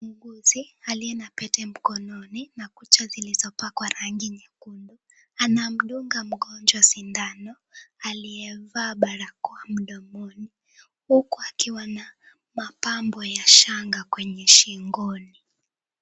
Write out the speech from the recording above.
Muuguzi aliye na pete mkononi na kucha zilizopakwa rangi nyekundu. Anamdunga mgonjwa sindano aliyevaa barakoa mdomoni huku akiwa na mapambo ya shanga kwenye shingoni.